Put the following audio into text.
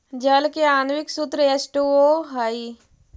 जल के आण्विक सूत्र एच टू ओ हई